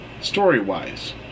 story-wise